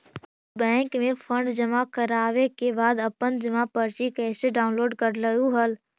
तू बैंक में फंड जमा करवावे के बाद अपन जमा पर्ची कैसे डाउनलोड करलू हल